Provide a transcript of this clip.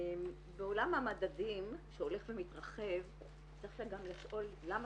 בעולם המדדים שהולך ומתרחב צריך גם לשאול למה